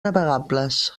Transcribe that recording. navegables